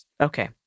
okay